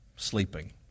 sleeping